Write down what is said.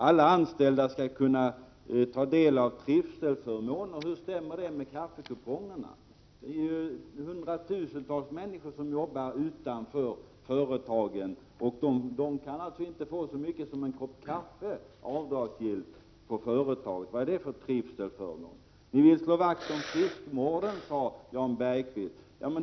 Alla anställda skall kunna ta del av trivselförmåner. Men hur stämmer det med kaffekupongerna? Hundratusentals människor som arbetar utanför företaget kan alltså inte få så mycket som en kopp kaffe avdragsgill på företaget. Vad är det för trivselförmåner? Vi vill slå vakt om friskvården, sade Jan Bergqvist.